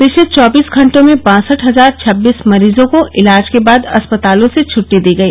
पिछले चौबीस घंटों में बासठ हजार छबीस मरीजों को इलाज के बाद अस्पतालों से छटटी दी गई